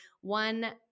one